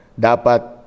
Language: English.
dapat